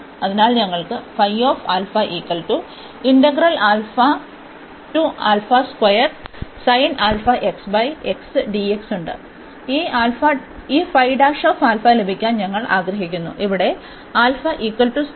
അതിനാൽ ഞങ്ങൾക്ക് ഉണ്ട് ഈ ലഭിക്കാൻ ഞങ്ങൾ ആഗ്രഹിക്കുന്നു ഇവിടെ α ≠ 0